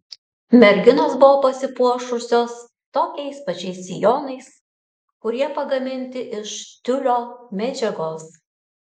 merginos buvo pasipuošusios tokiais pačiais sijonais kurie pagaminti iš tiulio medžiagos